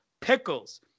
Pickles